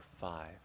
five